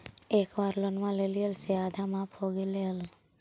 एक बार लोनवा लेलियै से आधा माफ हो गेले हल?